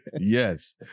Yes